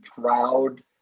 proud